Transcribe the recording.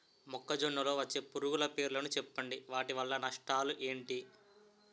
మొక్కజొన్న లో వచ్చే పురుగుల పేర్లను చెప్పండి? వాటి వల్ల నష్టాలు ఎంటి?